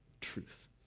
truth